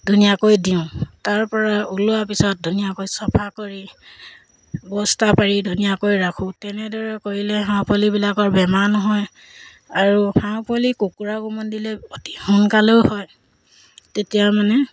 ধুনীয়াকৈ দিওঁ তাৰপৰা ওলোৱাৰ পিছত ধুনীয়াকৈ চফা কৰি বস্তা পাৰি ধুনীয়াকৈ ৰাখোঁ তেনেদৰে কৰিলে হাঁহ পোৱালিবিলাকৰ বেমাৰ নহয় আৰু হাঁহ পোৱালি কুকুৰাক উমনি দিলে অতি সোনকালেও হয় তেতিয়া মানে